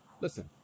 Listen